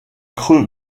creux